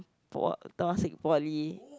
for what temasek-Poly